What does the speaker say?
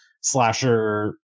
slasher